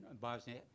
Bosnia